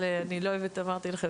אבל כמו שאמרתי לכם,